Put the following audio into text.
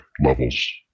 levels